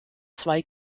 zwei